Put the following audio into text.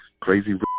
crazy